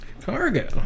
Cargo